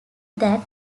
that